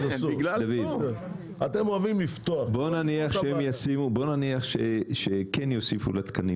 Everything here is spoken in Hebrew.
בוא נניח שכן יוסיפו כסף לתקנים,